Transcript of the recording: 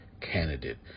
candidate